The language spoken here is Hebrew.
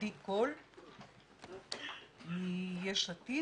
עדי קול מיש עתיד,